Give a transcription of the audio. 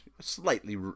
slightly